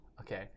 Okay